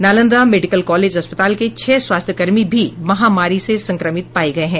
Nalanda medical college अस्पताल के छह स्वास्थ्यकर्मी भी महामारी से संक्रमित पाये गये हैं